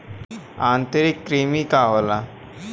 आंतरिक कृमि का होला?